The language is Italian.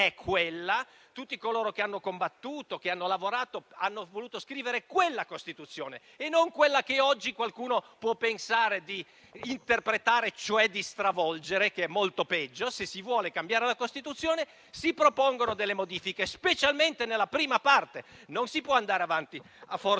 tutti coloro che hanno combattuto e che hanno lavorato hanno voluto scrivere quella Costituzione e non quella che oggi qualcuno può pensare di interpretare, cioè di stravolgere, il che è molto peggio. Se si vuole cambiare la Costituzione, si propongono modifiche, specialmente nella prima parte. Non si può andare avanti a forza